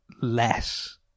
less